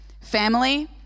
family